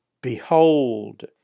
behold